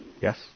Yes